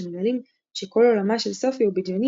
שמגלים שכל עולמה של סופי הוא בדיוני